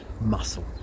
muscle